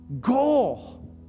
goal